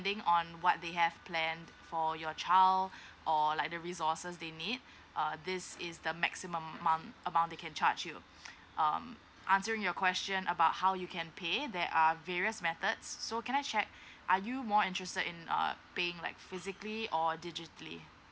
depending on what they have planned for your child or like the resources they need err this is the maximum amount amount they can charge you um answering your question about how you can pay there are various methods so can I check are you more interested in uh paying like physically or digitally